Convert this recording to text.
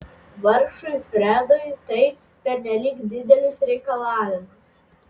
vargšui fredui tai pernelyg didelis reikalavimas